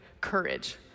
courage